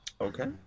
Okay